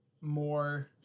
more